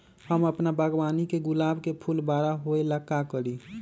हम अपना बागवानी के गुलाब के फूल बारा होय ला का करी?